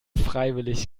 freiwillig